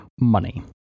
money